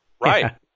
right